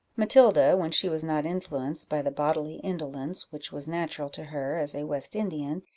matilda, when she was not influenced by the bodily indolence which was natural to her as a west-indian,